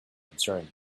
concerned